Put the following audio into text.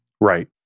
Right